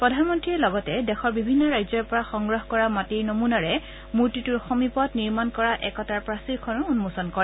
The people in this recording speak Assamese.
প্ৰধানমন্ত্ৰীয়ে লগতে দেশৰ বিভিন্ন ৰাজ্যৰ পৰা সংগ্ৰহ কৰা মাটিৰ নমুনাৰে মূৰ্তিটোৰ সমীপত নিৰ্মাণ কৰা একতাৰ প্ৰাচীৰখনো উন্মোচন কৰিব